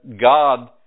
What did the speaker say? God